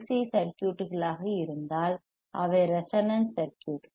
C சர்க்யூட்களாக இருந்தால் அவை ரெசோனன்ட் சர்க்யூட்கள்